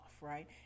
right